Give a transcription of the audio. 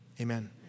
Amen